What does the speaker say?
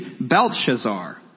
Belshazzar